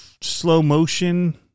slow-motion